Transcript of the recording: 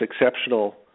exceptional